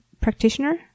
practitioner